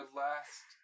last